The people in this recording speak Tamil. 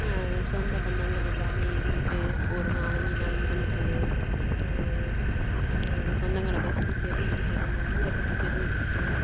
சொந்தபந்தங்கள் எல்லாமே இருந்துவிட்டு ஒரு நாலஞ்சு நாள் இருந்துவிட்டு நம்மளோடய சொந்தங்களை பற்றி தெரிஞ்சுக்கிட்டு நம்ம ஊரை பற்றி தெரிஞ்சுக்கிட்டு